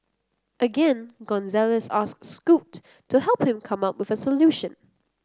again Gonzalez asked Scoot to help him come up with a solution